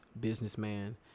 businessman